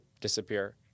Disappear